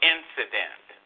Incident